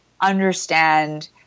understand